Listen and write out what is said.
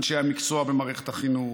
אנשי המקצוע במערכת החינוך,